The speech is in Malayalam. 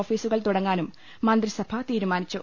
ഓഫീ സുകൾ തുടങ്ങാനും മന്ത്രിസഭ തീരുമാനിച്ചു